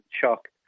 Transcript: shock